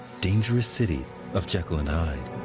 dangerous city of jekyll and hyde.